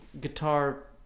guitar